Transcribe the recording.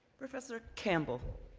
professor campbell,